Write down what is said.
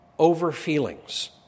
Over-feelings